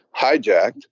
hijacked